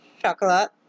Chocolate